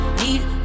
need